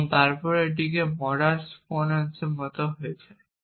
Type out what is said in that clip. এবং তারপরে এটি মোডাস পোনেন্সের মতো হয়ে যায়